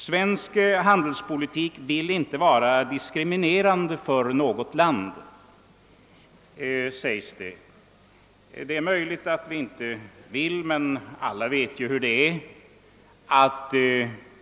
Svensk handelspolitik skall inte vara diskriminerande för något land, påstås det. Det är viktigt att så inte bör vara fallet, men vi vet alla hur det ligger till.